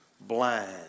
blind